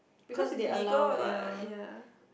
cause is legal what ya